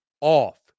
off